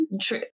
True